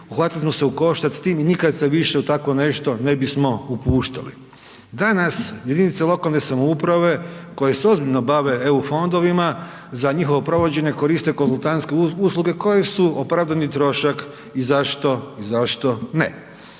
uhvatili smo se u koštac s time i nikad se više u tako nešto ne bismo upuštali. Danas jedinice lokalne samouprave koje se ozbiljno bave eu fondovima za njihovo provođenje koriste konzultantske usluge koje su opravdani trošak i zašto ne.